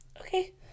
Okay